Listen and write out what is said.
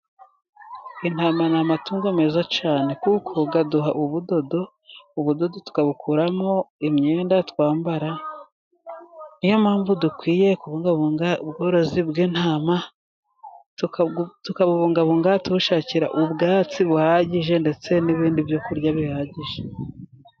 Intama ni amatungo meza cyane kuko aduha budodo, ubudodo tukabukuramo imyenda twambara, niyo mpamvu dukwiye kubungabunga ubworozi bw'intama, tukabu bungabunga tubushakira ubwatsi buhagije ndetse n'ibindi byo kurya bihagije.